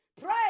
Pray